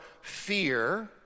fear